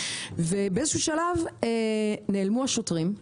באיזשהו שלב נעלמו השוטרים.